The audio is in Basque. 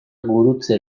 gurutze